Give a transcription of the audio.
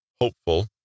hopeful